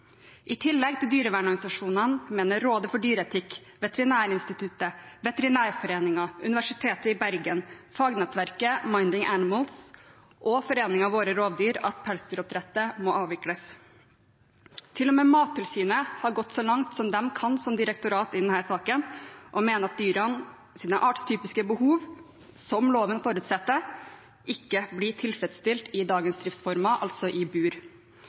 I tillegg til dyrevernorganisasjonene mener Rådet for dyreetikk, Veterinærinstituttet, Veterinærforeningen, Universitetet i Bergen, fagnettverket Minding Animals og Foreningen Våre Rovdyr at pelsdyroppdrett må avvikles. Til og med Mattilsynet har gått så langt de kan som direktorat i denne saken, og mener at dyrenes artstypiske behov, som loven forutsetter, ikke blir tilfredsstilt med dagens driftsformer, altså i bur.